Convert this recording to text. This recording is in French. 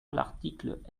l’article